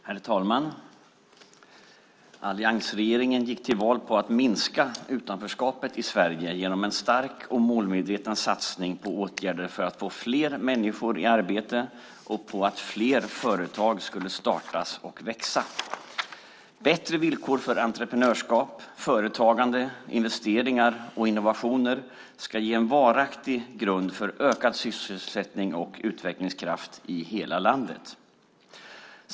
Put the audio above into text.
Herr talman! Alliansregeringen gick till val på att minska utanförskapet i Sverige genom en stark och målmedveten satsning på åtgärder för att få fler människor i arbete och på att fler företag skulle startas och växa. Bättre villkor för entreprenörskap, företagande, investeringar och innovationer ska ge en varaktig grund för ökad sysselsättning och utvecklingskraft i hela landet.